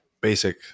basic